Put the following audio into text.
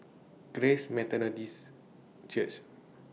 Grace Methodist Church